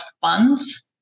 funds